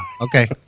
okay